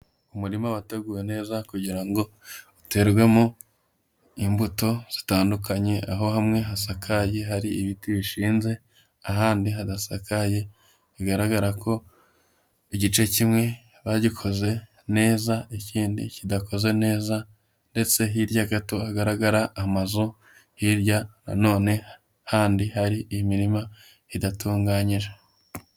Umurima wateguwe neza kugira ngo uterwemo imbuto zitandukanye, aho hamwe hasakaye hari ibiti bishinze, ahandi hadasakaye bigaragara ko igice kimwe bagikoze neza, ikindi kidakoze neza ndetse hirya gato hagaragara amazu, hirya na none handi hari imirima idatunganyije.